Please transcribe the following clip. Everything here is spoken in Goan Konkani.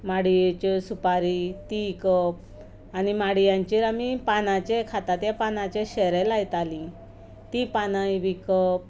माड्येच्यो सुपारी ती इंकप आनी माड्यांचेर आमी पानाचें खाता ते पानाचें शेरे लायतालीं तीं पानांय विकप